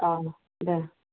অঁ দে